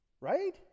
right